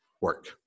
work